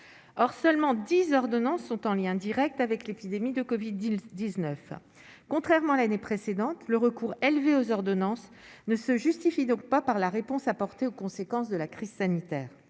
or seulement 10 ordonnances sont en lien Direct avec l'épidémie de Covid 19, contrairement à l'année précédente, le recours élevé aux ordonnances ne se justifie donc pas par la réponse apportée aux conséquences de la crise sanitaire